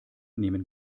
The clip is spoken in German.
nehmen